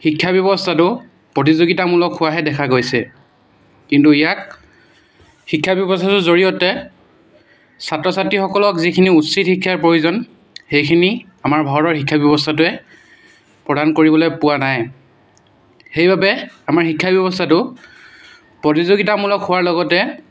শিক্ষা ব্যৱস্থাটো প্ৰতিযোগিতামূলক হোৱাহে দেখা গৈছে কিন্তু ইয়াক শিক্ষা ব্যৱস্থাটোৰ জৰিয়তে ছাত্ৰ ছাত্ৰীসকলক যিখিনি উচিত শিক্ষাৰ প্ৰয়োজন সেইখিনি আমাৰ ভাৰতৰ শিক্ষা ব্যৱস্থাটোৱে প্ৰদান কৰিবলৈ পোৱা নাই সেইবাবে আমাৰ শিক্ষা ব্যৱস্থাটো প্ৰতিযোগিতামূলক হোৱাৰ লগতে